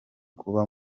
kuba